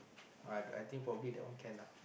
I I think probably that one can lah